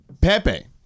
Pepe